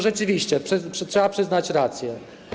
Rzeczywiście trzeba przyznać rację.